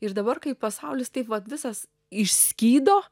ir dabar kai pasaulis taip va visas išskydo